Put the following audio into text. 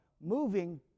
moving